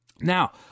Now